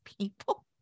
people